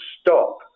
stop